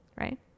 right